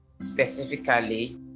Specifically